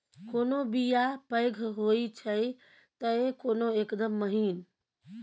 कोनो बीया पैघ होई छै तए कोनो एकदम महीन